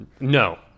No